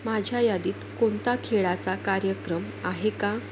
माझ्या यादीत कोणता खेळाचा कार्यक्रम आहे का